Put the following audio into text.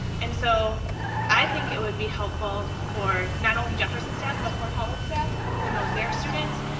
and so i think it would be helpful for not only jefferson staff, but fort howard staff, who knows their students,